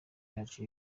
yacu